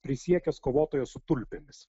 prisiekęs kovotojas su tulpėmis